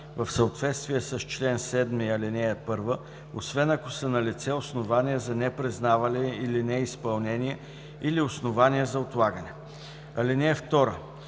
в съответствие с чл. 7, ал. 1, освен ако са налице основания за непризнаване или неизпълнение, или основания за отлагане. (2)